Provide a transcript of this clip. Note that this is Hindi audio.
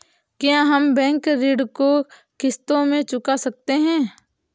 क्या हम बैंक ऋण को किश्तों में चुका सकते हैं?